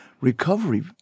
recovery